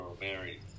married